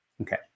Okay